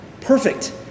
perfect